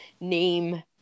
name